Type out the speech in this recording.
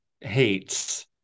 hates